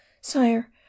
Sire